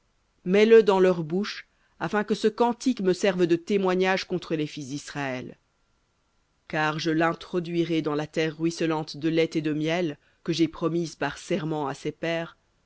mets-le dans leur bouche afin que ce cantique me serve de témoignage contre les fils disraël car je l'introduirai dans la terre ruisselante de lait et de miel que j'ai promise par serment à ses pères